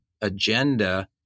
agenda